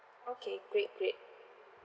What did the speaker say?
okay great great